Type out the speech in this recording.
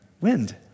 wind